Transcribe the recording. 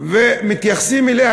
ומתייחסים אליה,